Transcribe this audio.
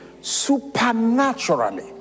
supernaturally